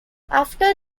after